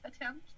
attempt